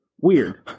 Weird